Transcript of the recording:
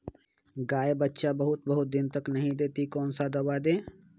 गाय बच्चा बहुत बहुत दिन तक नहीं देती कौन सा दवा दे?